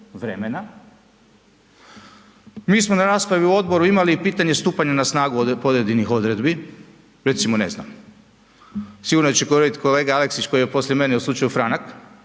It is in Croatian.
vremena. Mi smo na raspravi u odboru imali i pitanje stupanja na snagu pojedinih odredbi, recimo ne znam, sigurno će …/nerazumljivo/… kolega Aleksić je poslije mene u slučaju Franak,